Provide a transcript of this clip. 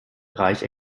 reich